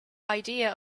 idea